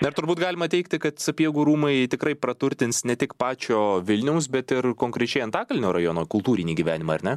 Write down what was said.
dar turbūt galima teigti kad sapiegų rūmai tikrai praturtins ne tik pačio vilniaus bet ir konkrečiai antakalnio rajono kultūrinį gyvenimą ar ne